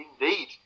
indeed